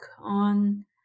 on